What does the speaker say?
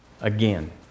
again